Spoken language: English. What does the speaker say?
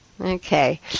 okay